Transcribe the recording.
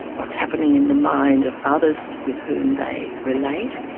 what's happening in the mind of others with whom they relate.